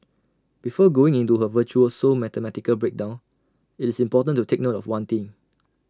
before going into her virtuoso mathematical breakdown IT is important to take note of one thing